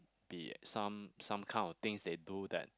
be some some kind of things they do that